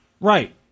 Right